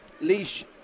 Leash